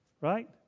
Right